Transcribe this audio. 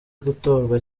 gutorwa